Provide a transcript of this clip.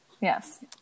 Yes